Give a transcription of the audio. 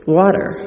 water